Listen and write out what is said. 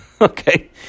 Okay